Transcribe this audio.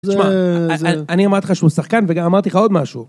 תשמע, אני אמרתי לך שהוא שחקן וגם אמרתי לך עוד משהו.